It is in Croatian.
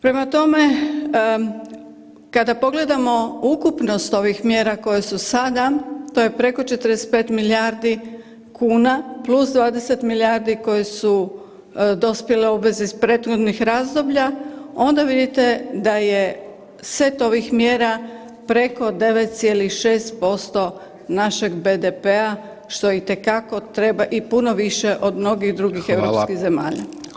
Prema tome, kada pogledamo ukupnost ovih mjera koje su sada to je preko 45 milijardi kuna plus 20 milijardi koje su dospjele obveze iz prethodnih razdoblja, onda vidite da je set ovih mjera preko 9,6% našeg BDP-a što itekako treba i puno više od mnogih drugih europskih zemalja.